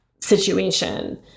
situation